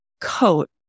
coat